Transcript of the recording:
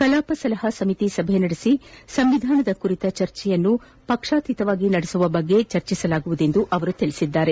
ಕಲಾಪ ಸಲಹಾ ಸಮಿತಿ ಸಭೆ ನಡೆಸಿ ಸಂವಿಧಾನದ ಕುರಿತ ಚರ್ಚೆಯನ್ನು ಪಕ್ಷಾತೀತವಾಗಿ ನಡೆಸುವ ಕುರಿತು ಚರ್ಚಿಸಲಾಗುವುದು ಎಂದು ಅವರು ಹೇಳಿದರು